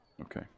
Okay